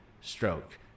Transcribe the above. stroke